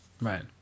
Right